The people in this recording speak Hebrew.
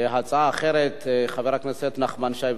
הצעה אחרת, חבר הכנסת נחמן שי,